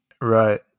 Right